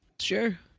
Sure